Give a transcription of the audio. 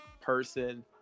person